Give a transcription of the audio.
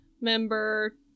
member